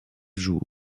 joue